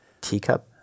teacup